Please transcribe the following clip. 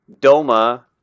Doma